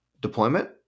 deployment